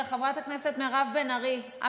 חברת הכנסת מירב בן ארי, רגע.